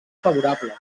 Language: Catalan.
favorables